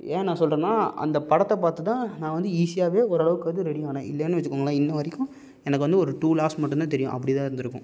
ஏன் நான் சொல்கிறேன்னா அந்த படத்தை பார்த்து தான் நான் வந்து ஈஸியாக ஓரளவுக்கு வந்து ரெடியான இல்லைன்னு வச்சிக்கோங்களேன் இன்னும் வரைக்கும் எனக்கு வந்து ஒரு டூ லாஸ் மட்டுந்தான் தெரியும் அப்படி தான் இருந்துருக்கும்